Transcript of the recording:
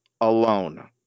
alone